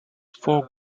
four